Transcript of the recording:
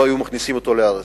לא היו מכניסים אותו לארץ.